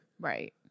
Right